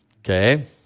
okay